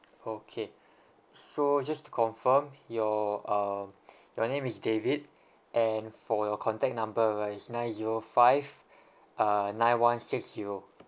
okay so just to confirm your um your name is david and for your contact number right is nine zero five uh nine one six zero